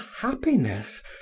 happiness